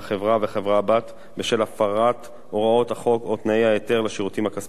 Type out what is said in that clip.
והחברה הבת בשל הפרת הוראות החוק או תנאי ההיתר לשירותים כספיים.